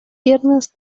piernas